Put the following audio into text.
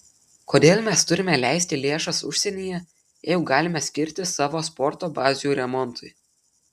kodėl mes turime leisti lėšas užsienyje jeigu galime skirti savo sporto bazių remontui